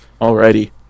Alrighty